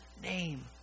name